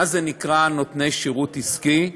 מה זה נקרא, נותני שירות עסקי?